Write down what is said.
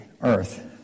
Earth